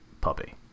puppy